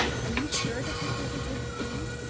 are ye sure that this is a good seed?